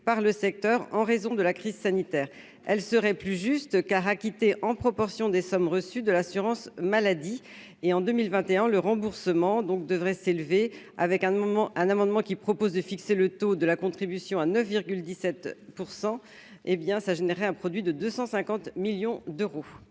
par le secteur en raison de la crise sanitaire, elle serait plus juste car acquitté en proportion des sommes reçues de l'assurance maladie et en 2021, le remboursement donc devrait s'élever avec un moment un amendement qui propose de fixer le taux de la contribution à 9 17 % hé bien ça généré un produit de 250 millions d'euros.